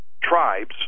tribes